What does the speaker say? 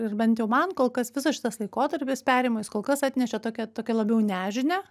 ir bent jau man kol kas visas šitas laikotarpis perėjimo jis kol kas atnešė tokią tokią labiau nežinią